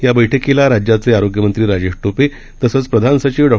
या बैठकीला राज्याचे आरोग्यमंत्री राजेश टोपे तसंच प्रधान सचिव डॉ